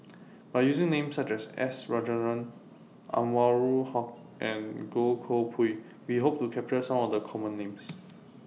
By using Names such as S Rajendran Anwarul Haque and Goh Koh Pui We Hope to capture Some of The Common Names